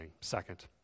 Second